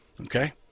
okay